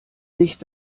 nicht